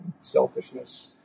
selfishness